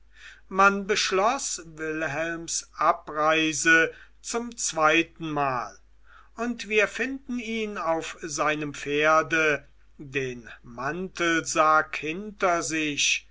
man beschloß wilhelms abreise zum zweitenmal und wir finden ihn auf seinem pferde den mantelsack hinter sich